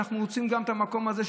אנחנו מוצאים גם את המקום הזה,